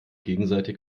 gegenseitig